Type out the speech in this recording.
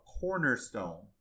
cornerstone